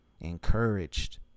encouraged